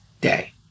day